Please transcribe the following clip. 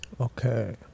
okay